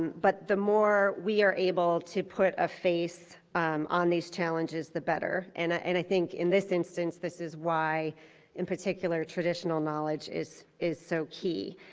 but the more we are able to put a face on to these challenges, the better. and ah and i think in this instance this is why in particular traditional knowledge is is so he.